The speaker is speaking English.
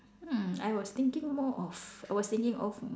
mm I was thinking more of I was thinking of